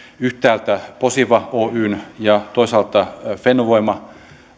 yhtäältä posiva oyn ja toisaalta fennovoima